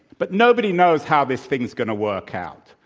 but nobody knows how this thing is going to work out.